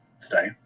today